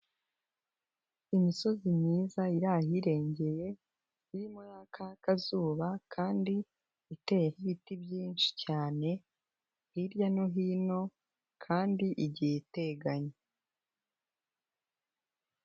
Imisozi myiza iri ahirengeye iririmo yakaho akazuba kandi iteye ibiti byinshi cyane, hirya no hino kandi igihe iteganye.